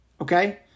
okay